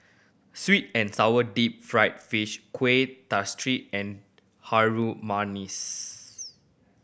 sweet and sour deep fried fish Kueh Kasturi and Harum Manis